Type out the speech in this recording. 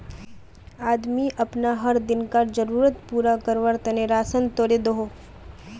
आदमी अपना हर दिन्कार ज़रुरत पूरा कारवार तने राशान तोड़े दोहों